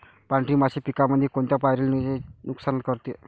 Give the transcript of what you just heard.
पांढरी माशी पिकामंदी कोनत्या पायरीले नुकसान करते?